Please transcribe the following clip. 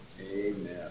Amen